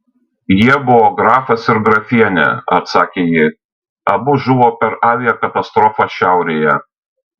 jie buvo grafas ir grafienė atsakė ji abu žuvo per aviakatastrofą šiaurėje